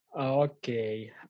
okay